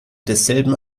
desselben